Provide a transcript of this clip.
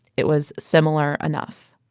it was similar enough